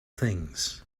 things